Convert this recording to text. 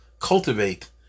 cultivate